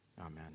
Amen